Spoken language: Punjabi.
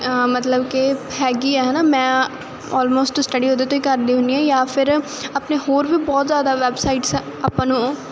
ਮਤਲਬ ਕਿ ਹੈਗੀ ਆ ਹੈ ਨਾ ਮੈਂ ਆਲਮੋਸਟ ਸਟਡੀ ਉਹਦੇ ਤੋਂ ਹੀ ਕਰਦੀ ਹੁੰਦੀ ਹਾਂ ਜਾਂ ਫਿਰ ਆਪਣੇ ਹੋਰ ਵੀ ਬਹੁਤ ਜ਼ਿਆਦਾ ਵੈਬਸਾਈਟਸ ਆ ਆਪਾਂ ਨੂੰ